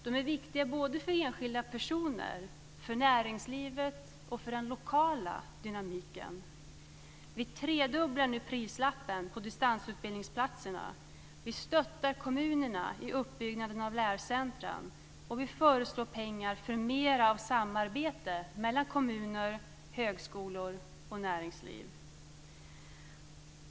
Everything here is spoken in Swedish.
De är viktiga för enskilda personer, för näringslivet och för den lokala dynamiken. Vi tredubblar nu prislappen på distansutbildningsplatserna. Vi stöttar kommunerna i uppbyggnaden av lärocentrum. Vi föreslår pengar för mer samarbete mellan kommuner, högskolor och näringsliv.